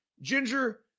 ginger